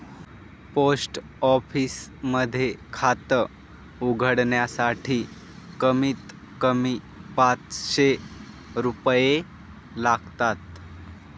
post office मध्ये खात उघडण्यासाठी कमीत कमी पाचशे रुपये लागतात